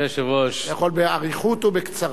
אתה יכול באריכות או בקצרה.